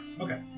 Okay